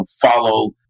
follow